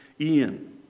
Ian